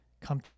come